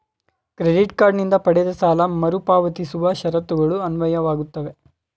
credit card ನಿಂದ ಪಡೆದ ಸಾಲ ಮರುಪಾವತಿಸುವ ಷರತ್ತುಗಳು ಅನ್ವಯವಾಗುತ್ತವೆ